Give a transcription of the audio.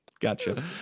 gotcha